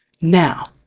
now